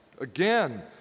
again